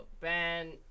ben